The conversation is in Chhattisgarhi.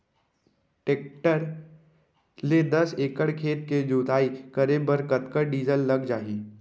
टेकटर ले दस एकड़ खेत के जुताई करे बर कतका डीजल लग जाही?